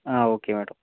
ആ okay madam